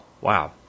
wow